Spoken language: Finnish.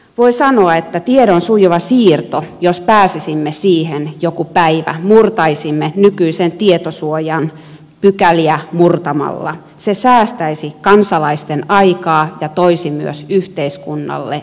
voi sanoa että tiedon sujuva siirto jos pääsisimme siihen joku päivä jos murtaisimme nykyisen tietosuojan pykäliä murtamalla säästäisi kansalaisten aikaa ja toisi myös yhteiskunnalle euromääräisiä säästöjä